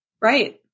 Right